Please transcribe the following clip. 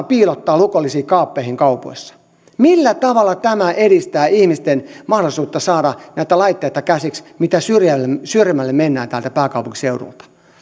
piilottaa lukollisiin kaappeihin kaupoissa millä tavalla tämä edistää ihmisten mahdollisuutta saada näitä laitteita käsiinsä mitä syrjemmälle mennään täältä pääkaupunkiseudulta